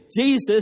Jesus